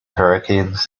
hurricanes